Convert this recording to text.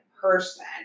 person